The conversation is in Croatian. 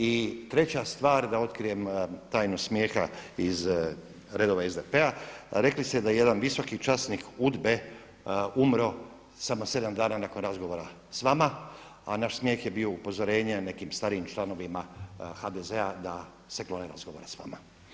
I treća stvar da otkrijem tajnu smijeha iz redova SDP-a, rekli ste da jedan visoki časnik UDBA-e umro samo sedam dana nakon razgovora s vama, a naš smijeh je bio upozorenje nekim starijim članovima HDZ-a da se klone razgovora s vama.